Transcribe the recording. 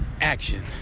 action